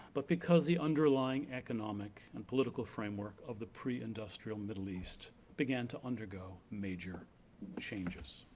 but because the underlying economic and political framework of the preindustrial middle east began to undergo major changes.